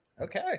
Okay